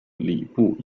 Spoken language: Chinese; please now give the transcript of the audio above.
礼部